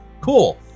Cool